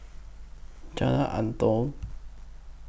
Jalan Antoi